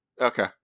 Okay